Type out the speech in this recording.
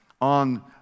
on